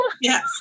Yes